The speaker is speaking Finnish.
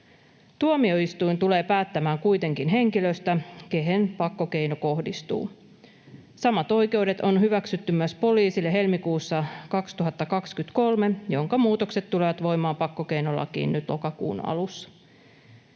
Tuomioistuin tulee päättämään kuitenkin henkilöstä, kehen pakkokeino kohdistuu. Samat oikeudet on hyväksytty poliisille helmikuussa 2023, ja muutokset tulevat voimaan pakkokeinolakiin nyt lokakuun alussa.